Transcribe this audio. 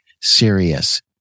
serious